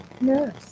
nurse